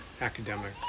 academic